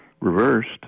reversed